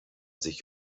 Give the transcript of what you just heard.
sich